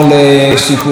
לראש הממשלה,